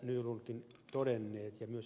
nylund ja ed